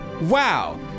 Wow